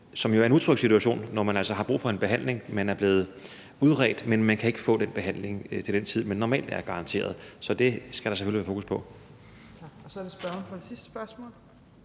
som jo er en utryg situation, når man altså brug for en behandling. Man er blevet udredt, men man kan ikke få den behandling til den tid, man normalt er garanteret. Så det skal der selvfølgelig være fokus på.